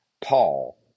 Paul